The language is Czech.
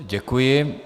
Děkuji.